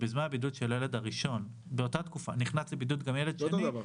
ובזמן הבידוד של הילד הראשון נכנס לבידוד גם ילד שנים,